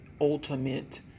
ultimate